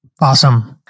Awesome